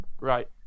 right